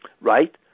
right